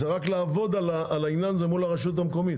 זה רק לעבוד על העניין הזה מול הרשות המקומית.